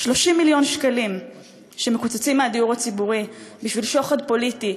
30 מיליון שקלים שמקוצצים מהדיור הציבורי בשביל שוחד פוליטי,